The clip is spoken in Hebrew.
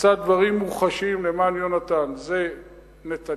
עשה דברים מוחשיים למען יונתן זה נתניהו,